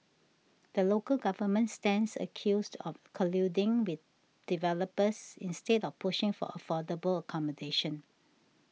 the local government stands accused of colluding with developers instead of pushing for affordable accommodation